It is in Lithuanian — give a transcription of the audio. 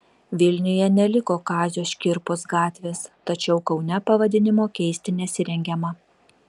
vilniuje neliko kazio škirpos gatvės tačiau kaune pavadinimo keisti nesirengiama